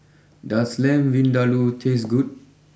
does Lamb Vindaloo taste good